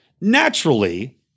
Naturally